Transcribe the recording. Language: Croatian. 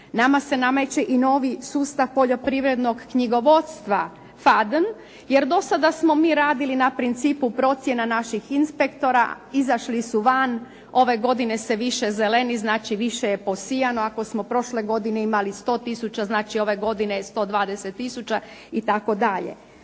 Nama se nameće i novi sustav poljoprivrednog knjigovodstva …/Govornica se ne razumije./… jer do sada smo mi radili na principu procjena naših inspektora, izašli su van. Ove godine se više zeleni, znači više je posijano. Ako smo prošle godine imali 100 tisuća, znači ove godine je 120 tisuća itd.